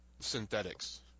synthetics